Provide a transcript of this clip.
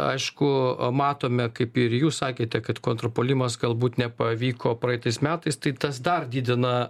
aišku matome kaip ir jūs sakėte kad kontrpuolimas galbūt nepavyko praeitais metais tai tas dar didina